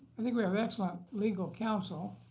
i think we have excellent legal counsel.